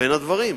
בין הדברים.